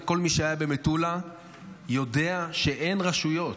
וכל מי שהיה במטולה יודע שאין רשויות,